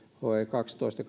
kaksitoista